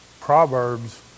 Proverbs